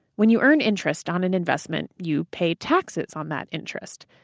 when you earn interest on an investment you pay taxes on that interest.